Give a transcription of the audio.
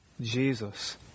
Jesus